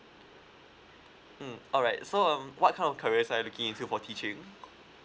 mm alright so um what kind of careers are you looking into for teaching